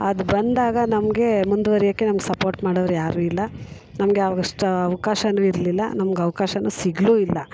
ಅದು ಬಂದಾಗ ನಮಗೆ ಮುಂದ್ವರಿಯೋಕ್ಕೆ ನಮ್ಗೆ ಸಪೋರ್ಟ್ ಮಾಡೋರು ಯಾರು ಇಲ್ಲ ನಮಗೆ ಅವಾಗಷ್ಟು ಅವಕಾಶನು ಇರಲಿಲ್ಲ ನಮ್ಗೆ ಅವಕಾಶನು ಸಿಗಲೂ ಇಲ್ಲ